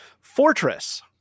fortress